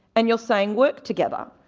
and you're saying work together.